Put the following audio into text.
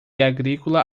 agrícola